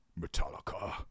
Metallica